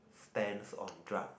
stands on truck